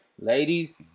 ladies